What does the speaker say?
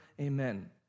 Amen